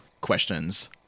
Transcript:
questions